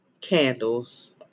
candles